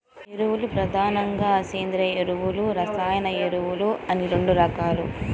ఎరువులు ప్రధానంగా సేంద్రీయ ఎరువులు, రసాయన ఎరువులు అని రెండు రకాలు